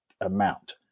amount